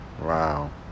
Wow